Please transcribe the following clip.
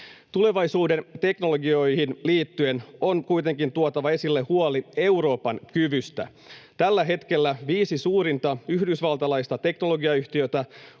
Tulevaisuuden teknologioihin liittyen on kuitenkin tuotava esille huoli Euroopan kyvystä. Tällä hetkellä viisi suurinta yhdysvaltalaista teknologiayhtiötä